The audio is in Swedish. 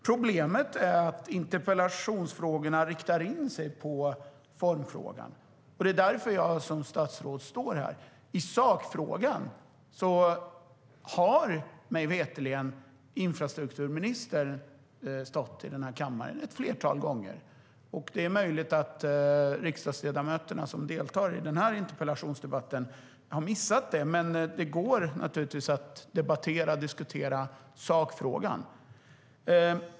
Problemet är att interpellationerna riktar in sig på formfrågan, och det är därför jag som statsråd står här. I sakfrågan har, mig veterligen, infrastrukturministern stått i den här kammaren ett flertal gånger. Det är möjligt att riksdagsledamöterna som deltar i den här interpellationsdebatten har missat det, men det går naturligtvis att debattera och diskutera sakfrågan.